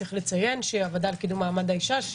צריך לציין שהוועדה לקידום מעמד האישה,